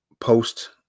post